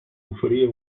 oferia